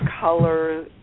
color